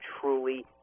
truly